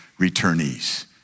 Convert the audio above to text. returnees